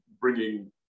bringing